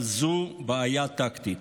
אבל זו בעיה טקטית.